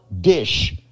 dish